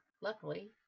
luckily